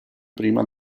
prima